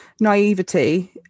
naivety